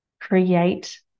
create